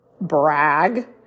brag